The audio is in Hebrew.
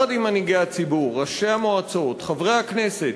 יחד עם מנהיגי הציבור, ראשי המועצות, חברי הכנסת,